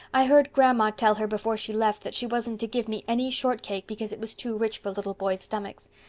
i heard grandma tell her before she left that she wasn't to give me any shortcake because it was too rich for little boys' stomachs.